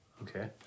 Okay